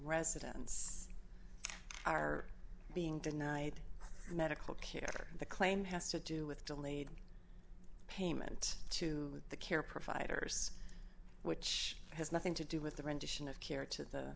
residents are being denied medical care the claim has to do with delayed payment to the care providers which has nothing to do with the rendition of care to the